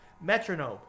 metronome